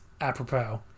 apropos